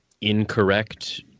incorrect